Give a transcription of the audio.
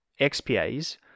XPAs